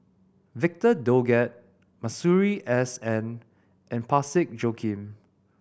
Victor Doggett Masuri S N and Parsick Joaquim